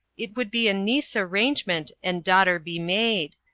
it would be a niece arrangement and daughter be made.